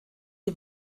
die